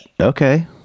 Okay